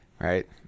Right